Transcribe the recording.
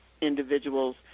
individuals